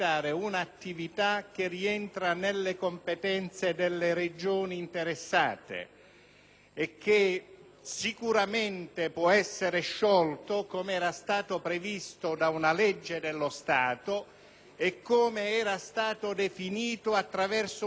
e che sicuramente può essere sciolto com'era stato previsto da una legge dello Stato e come era stato definito attraverso un accordo delle due Regioni interessate. Ritengo quindi che